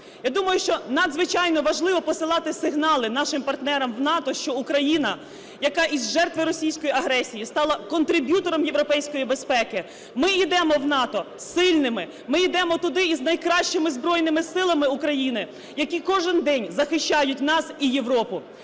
я думаю, що надзвичайно важливо посилати сигнали нашим партнерам в НАТО, що Україна, яка із жертви російської агресії стала контрибутором європейської безпеки. Ми ідемо в НАТО сильними. Ми ідемо туди із найкращими Збройними Силами України, які кожен день захищають нас і Європу.